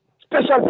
special